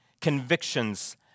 convictions